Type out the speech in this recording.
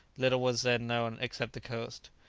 little was then known except the coast.